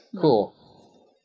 cool